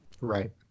Right